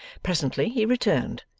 presently, he returned,